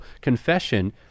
confession